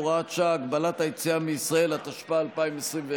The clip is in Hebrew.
אין נמנעים.